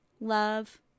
Love